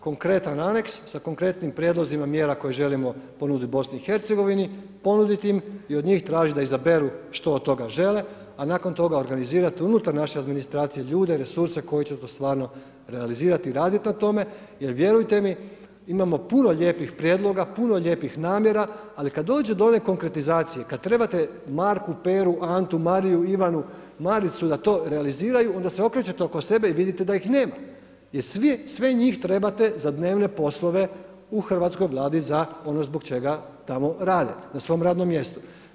Konkretan aneks sa konkretnim prijedlozima mjera koje želimo ponuditi BIH, ponuditi im i od njih tražiti da izaberu što od toga žele, a nakon toga organizirati unutar naše administracije ljude, resurse koji će to stvarno realizirati i raditi na tome jer vjerujte mi, imamo puno lijepih prijedloga, puno lijepih namjera, ali kad dođe do one konkretizacije, kad trebate Marku, Peru, Antu, Mariju, Ivanu, Maricu da to realiziraju onda se okrećete oko sebe i vidite da ih nema jer sve njih trebate za dnevne poslove u hrvatskoj Vladi za ono zbog čega tamo rade na svom radnom mjestu.